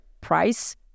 Price